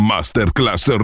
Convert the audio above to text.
Masterclass